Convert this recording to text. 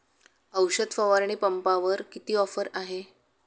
औषध फवारणी पंपावर किती ऑफर आहे?